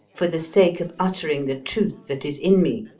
for the sake of uttering the truth that is in me,